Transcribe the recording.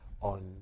on